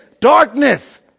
Darkness